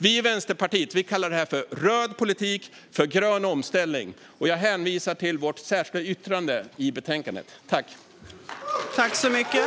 Vi i Vänsterpartiet kallar detta för en röd politik för grön omställning. Jag hänvisar till vårt särskilda yttrande i betänkandet.